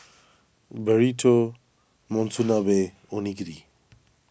Burrito Monsunabe and Onigiri